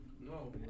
No